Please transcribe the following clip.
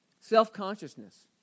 Self-consciousness